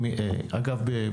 אגב,